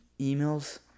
emails